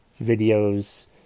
videos